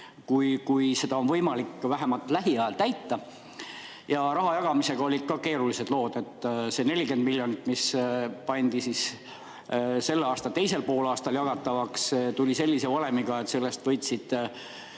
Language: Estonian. kui on võimalik vähemalt lähiajal täita. Rahajagamisega olid ka keerulised lood. See 40 miljonit, mis pandi selle aasta teisel poolaastal jagamisele, jagati sellise valemiga, et sellest võitsid